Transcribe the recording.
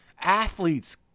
Athletes